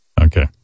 Okay